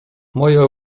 moje